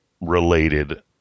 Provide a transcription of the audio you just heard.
related